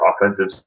offensive